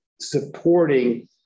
supporting